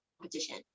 competition